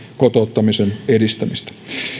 kotouttamisen edistämistä